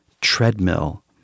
treadmill